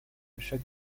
chaque